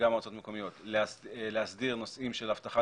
מקומיות - להסדיר נושאים של אבטחה,